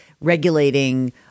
regulating